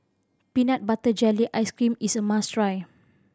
peanut butter jelly ice cream is a must try